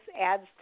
adds